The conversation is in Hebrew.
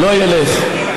רבותיי, לא ילך.